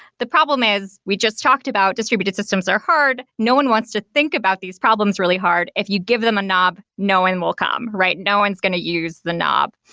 the problem is we just talked about distributed systems are hard. no one wants to think about these problems really hard. if you give them a knob, now and will come, right? no one's going to use the knob.